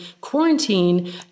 quarantine